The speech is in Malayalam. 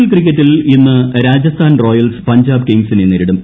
എൽ ക്രിക്കറ്റിൽ ഇന്ന് രാജസ്ഥാൻ റോയൽസ് പഞ്ചാബ് കിങ്സിനെ നേരിടും